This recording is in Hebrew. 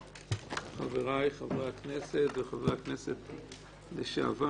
חבריי חברי הכנסת וחברי הכנסת לשעבר,